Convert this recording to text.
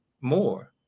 more